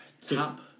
top